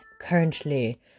currently